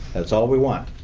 that's all we want,